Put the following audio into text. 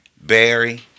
Barry